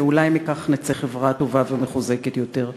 ואולי מכך נצא חברה טובה ומחוזקת יותר.